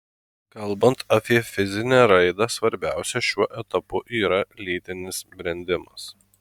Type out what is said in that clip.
kalbant apie fizinę raidą svarbiausia šiuo etapu yra lytinis brendimas